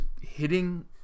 hitting